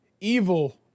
evil